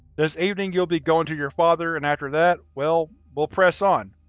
this evening you'll be going to your father, and after that, well, we'll press on.